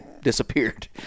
disappeared